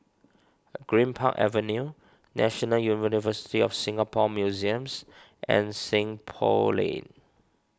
Greenpark Avenue National University of Singapore Museums and Seng Poh Lane